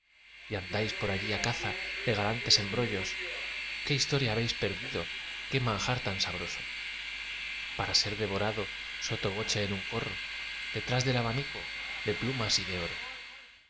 y andáis por allí á caza de galantes embrollos qué historia habéis perdido qué manjar tan sabroso para ser devorado sotto voce en un corro detrás del abanico de plumas y de oro